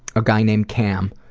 a guy named cam,